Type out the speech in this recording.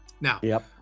now